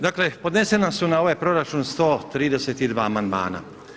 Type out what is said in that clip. Dakle, podnesena su na ovaj proračun 132 amandmana.